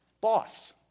Boss